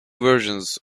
versions